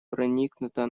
проникнута